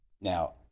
Now